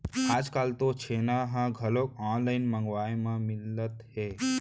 आजकाल तो छेना ह घलोक ऑनलाइन मंगवाए म मिलत हे